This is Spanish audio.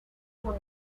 único